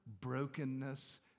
brokenness